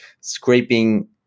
scraping